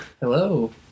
Hello